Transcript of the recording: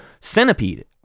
Centipede